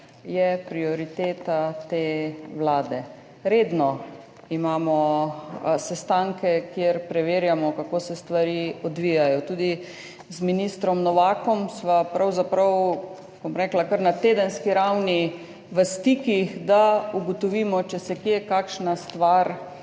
prioriteta te vlade. Redno imamo sestanke, kjer preverjamo, kako se stvari odvijajo, tudi z ministrom Novakom sva pravzaprav, bom rekla, kar na tedenski ravni v stikih, da ugotovimo, če se kje kakšna stvar